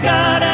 God